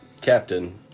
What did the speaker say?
Captain